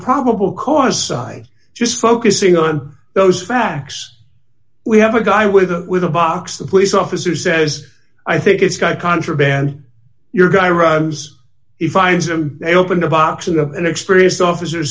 probable cause i just focusing on those facts we have a guy with a with a box the police officer says i think it's got contraband your guy runs he finds them they open the box of the inexperienced officers